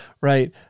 right